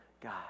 God